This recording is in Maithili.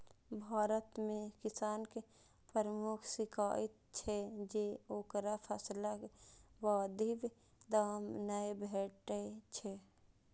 भारत मे किसानक प्रमुख शिकाइत छै जे ओकरा फसलक वाजिब दाम नै भेटै छै